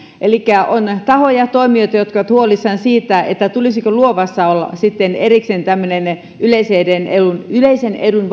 elikkä on tahoja toimijoita jotka ovat huolissaan siitä siitä tulisiko luovassa olla sitten erikseen tämmöinen oma yleisen edun